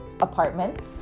apartments